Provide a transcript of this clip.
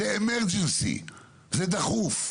זה דחוף.